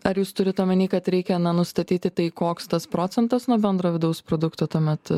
ar jūs turit omeny kad reikia na nustatyti tai koks tas procentas nuo bendro vidaus produkto tuomet